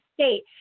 state